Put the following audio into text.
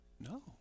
no